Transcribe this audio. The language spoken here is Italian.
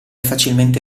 facilmente